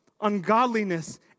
ungodliness